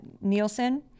Nielsen